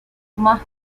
más